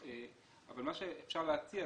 אבל מה שאפשר להציע